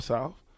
South